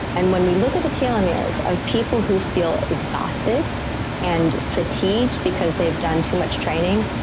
and when we look at the telomeres of people who feel exhausted and fatigued because they've done too much training,